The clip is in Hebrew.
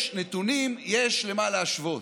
יש נתונים, יש למה להשוות.